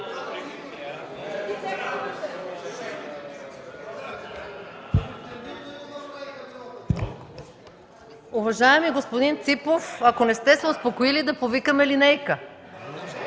Уважаеми господин Ципов, ако не сте се успокоили, да повикаме линейка!